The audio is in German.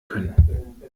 können